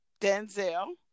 Denzel